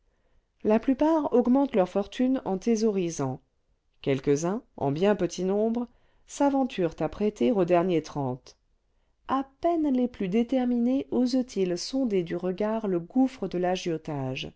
la plupart augmentent leur fortune en thésaurisant quelques-uns en bien petit nombre s'aventurent à prêter au denier trente à peine les plus déterminés osent-ils sonder du regard le gouffre de